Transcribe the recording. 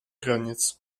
границ